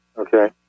Okay